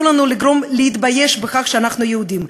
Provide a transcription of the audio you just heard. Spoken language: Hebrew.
לגרום לנו להתבייש בכך שאנחנו יהודים.